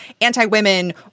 anti-women